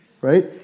Right